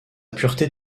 pureté